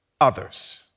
others